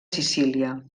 sicília